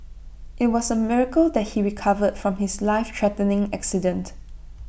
IT was A miracle that he recovered from his lifethreatening accident